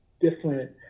different